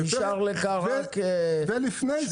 נשאר לך רק שלומי,